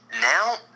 Now